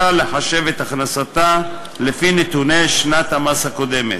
לחשב את הכנסתה לפי נתוני שנת המס הקודמת.